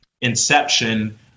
inception